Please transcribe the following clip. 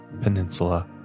Peninsula